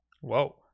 Whoa